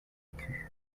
écus